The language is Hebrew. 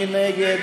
מי נגד?